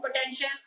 potential